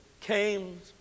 came